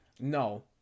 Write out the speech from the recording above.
No